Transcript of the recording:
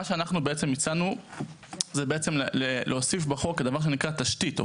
מה שאנחנו הצענו זה בעצם להוסיף בחוק דבר שנקרא "תשתית".